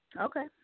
Okay